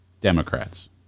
Democrats